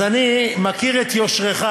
אז אני מכיר את יושרך,